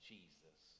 Jesus